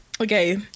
Okay